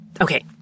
Okay